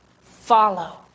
Follow